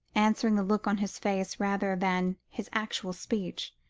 answering the look on his face rather than his actual speech.